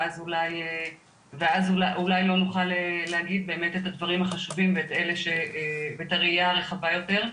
ואז אולי לא נוכל להגיד באמת את הדברים החשובים ואת הראיה הרחבה יותר.